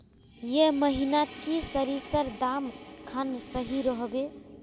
ए महीनात की सरिसर दाम खान सही रोहवे?